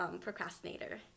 procrastinator